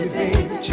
baby